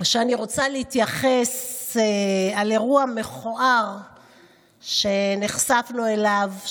שאני רוצה להתייחס לאירוע מכוער שנחשפנו אליו,